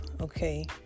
okay